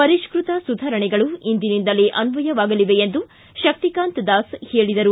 ಪರಿಷ್ನತ ಸುಧಾರಣೆಗಳು ಇಂದಿನಿಂದಲೇ ಅನ್ವಯವಾಗಲಿವೆ ಎಂದು ಶಕ್ತಿಕಾಂತ್ ದಾಸ್ ಹೇಳಿದರು